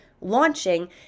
launching